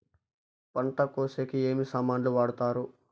పంట కోసేకి ఏమి సామాన్లు వాడుతారు?